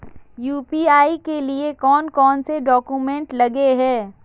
UPI के लिए कौन कौन से डॉक्यूमेंट लगे है?